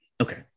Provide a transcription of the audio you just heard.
Okay